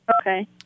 Okay